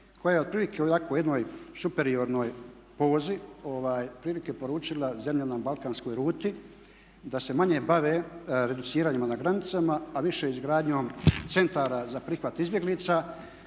koja je otprilike u ovako jednoj superiornoj pozi otprilike poručila zemljama na balkanskoj ruti da se manje bave reduciranjima na granicama, a više izgradnjom centara za prihvat izbjeglica.